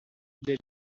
they